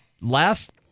last